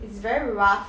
it's very rough